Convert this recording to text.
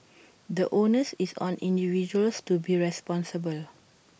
the onus is on individuals to be responsible